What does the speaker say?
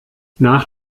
nach